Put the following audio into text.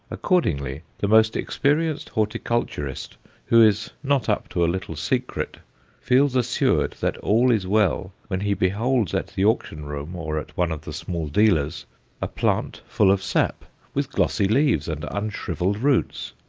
accordingly, the most experienced horticulturist who is not up to a little secret feels assured that all is well when he beholds at the auction-room or at one of the small dealer's a plant full of sap, with glossy leaves and unshrivelled roots.